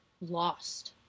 lost